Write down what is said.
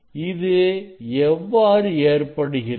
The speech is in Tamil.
இது எவ்வாறு ஏற்படுகிறது